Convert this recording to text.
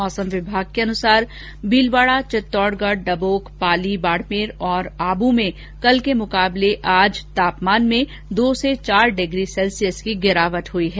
मौसम विभाग के अनुसार भीलवाड़ा चित्तौडगढ डबोक पाली बाड़मेर और आबू में कल के मुकाबले आज तापमान में दो से चार डिग्री सैल्सियस की गिरावट हुई है